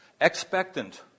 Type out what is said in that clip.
expectant